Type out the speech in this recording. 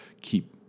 keep